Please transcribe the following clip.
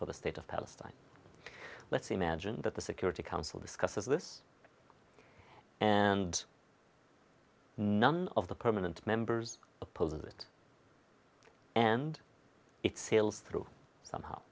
for the state of palestine let's imagine that the security council discusses this and none of the permanent members oppose it and it seals through somehow